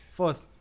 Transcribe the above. fourth